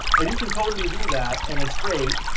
and you can totally do that, and it's great.